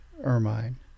ermine